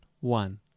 one